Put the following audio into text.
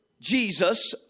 Jesus